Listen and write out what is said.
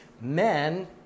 men